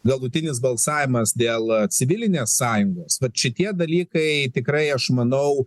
galutinis balsavimas dėl civilinės sąjungos vat šitie dalykai tikrai aš manau